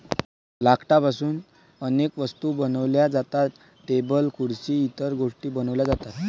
लाकडापासून अनेक वस्तू बनवल्या जातात, टेबल खुर्सी इतर गोष्टीं बनवल्या जातात